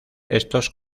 estos